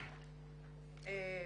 תודה רבה.